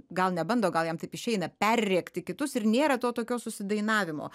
gal nebando gal jam taip išeina perrėkti kitus ir nėra to tokio susidainavimo